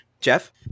Jeff